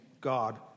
God